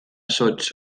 zotz